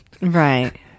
Right